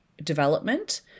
development